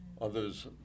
Others